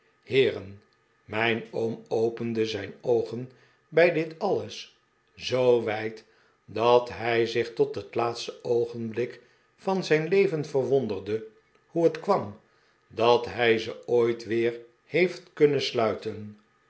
heeren mijn oom opende zijn oogen bij dit alles zoo wijd dat hij zich tot het laatste oogenblik van zijn leven verwonderde hoe het kwam dat hij ze ooit weer heeft kunnen sluiten